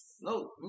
No